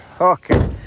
Okay